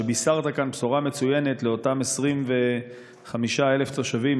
שבישרת כאן בשורה מצוינת לאותם 25,000 תושבים,